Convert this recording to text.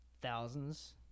thousands